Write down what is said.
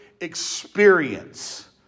experience